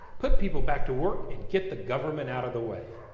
put people back to work and get the government out of the way.